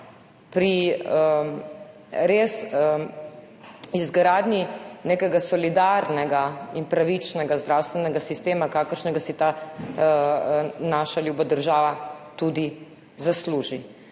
pri izgradnji nekega res solidarnega in pravičnega zdravstvenega sistema, kakršnega si ta naša ljuba država tudi zasluži.